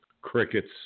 Crickets